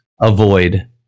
avoid